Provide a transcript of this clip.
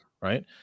right